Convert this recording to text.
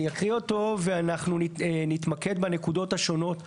אני אקריא אותו ואנחנו נתמקד בנקודות השונות שעלו.